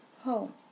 home